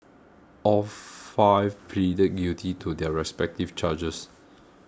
all five pleaded guilty to their respective charges